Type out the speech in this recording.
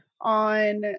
On